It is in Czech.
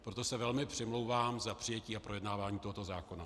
Proto se velmi přimlouvám za přijetí a projednávání tohoto zákona.